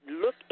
look